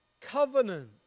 covenant